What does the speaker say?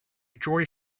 enjoy